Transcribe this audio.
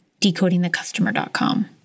decodingthecustomer.com